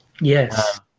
Yes